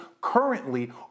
currently